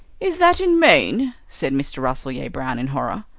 is that in maine? said mr. rasselyer-brown in horror.